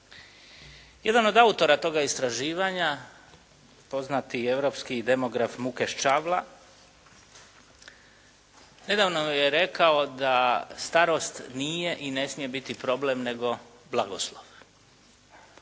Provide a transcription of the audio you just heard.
Jedan od autora toga istraživanja poznati europski demograf Mukeš Čavla nedavno je rekao da starost nije i ne smije biti problem nego blagoslov.